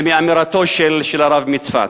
מאמירותיו של הרב מצפת